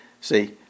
See